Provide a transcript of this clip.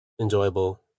enjoyable